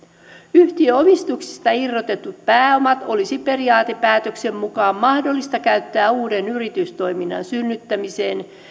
yhtiöomistuksista irrotetut pääomat olisi periaatepäätöksen mukaan mahdollista käyttää uuden yritystoiminnan synnyttämiseen